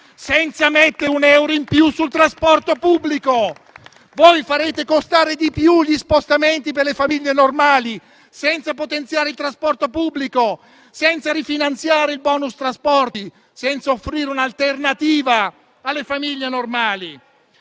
senza mettere un euro in più sul trasporto pubblico! Voi farete costare di più gli spostamenti per le famiglie normali, senza potenziare il trasporto pubblico, senza rifinanziare il *bonus* trasporti, senza offrire un'alternativa alle famiglie normali.